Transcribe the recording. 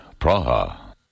Praha